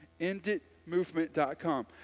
Enditmovement.com